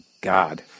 God